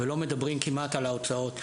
ולא מדברים כמעט על ההוצאות.